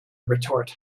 retort